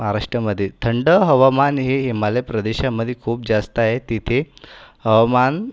महाराष्ट्रामध्ये थंड हवामान हे हिमालय प्रदेशामध्ये खूप जास्त आहे तेथे हवामान